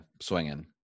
swinging